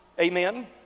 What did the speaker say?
Amen